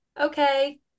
okay